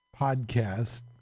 podcast